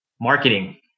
Marketing